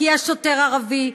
כי יש שוטר ערבי,